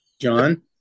John